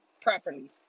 properly